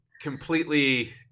completely